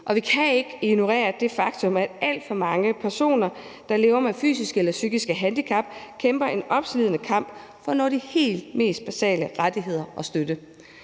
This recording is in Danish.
og vi kan ikke ignorere det faktum, at alt for mange personer, der lever med fysiske eller psykiske handicap, kæmper en opslidende kamp for at opnå de mest basale rettigheder og opnå støtte.